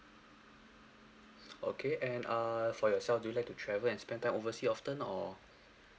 okay and err for yourself do you like to travel and spend time oversea often or